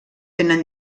tenen